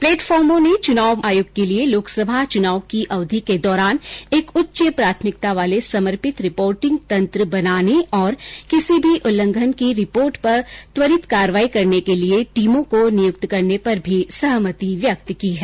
प्लेटफॉर्मो ने चुनाव आयोग के लिए लोकसभा चुनाव की अवधि के दौरान एक उच्च प्राथमिकता वाले समर्पित रिपोर्टिंग तंत्र बनाने और किर्सी भी उल्लंघन की रिपोर्ट पर त्वरित कार्रवाई करने के लिए टीमों को नियुक्त करने पर भी सहमति व्यक्त की है